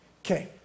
Okay